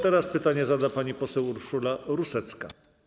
Teraz pytanie zada pani poseł Urszula Rusecka.